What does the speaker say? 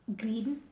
green